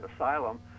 asylum